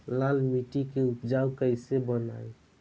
लाल मिट्टी के उपजाऊ कैसे बनाई?